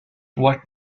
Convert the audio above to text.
what